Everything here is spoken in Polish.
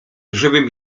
żywym